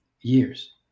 years